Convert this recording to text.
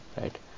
right